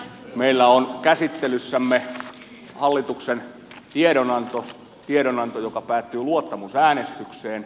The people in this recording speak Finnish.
meillä on käsittelyssämme hallituksen tiedonanto joka päättyy luottamusäänestykseen